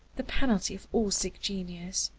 the penalty of all sick genius.